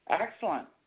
Excellent